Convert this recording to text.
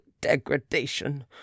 degradation